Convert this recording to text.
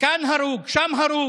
כאן הרוג, שם הרוג,